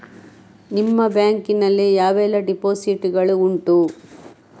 ನಿಮ್ಮ ಬ್ಯಾಂಕ್ ನಲ್ಲಿ ಯಾವೆಲ್ಲ ಡೆಪೋಸಿಟ್ ಗಳು ಉಂಟು?